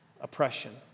Oppression